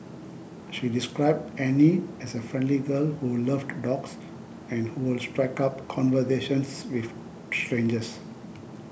she described Annie as a friendly girl who loved dogs and who would strike up conversations with strangers